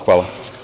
Hvala.